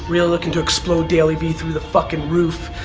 really looking to explode dailyvee through the fuckin' roof.